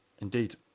indeed